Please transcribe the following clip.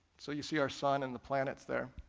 so you see our sun and the planets there,